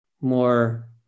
more